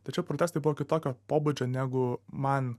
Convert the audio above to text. tačiau protestai buvo kitokio pobūdžio negu man